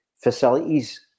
facilities